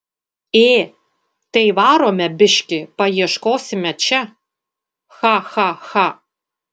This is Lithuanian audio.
ė tai varome biškį paieškosime čia cha cha cha